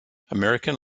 american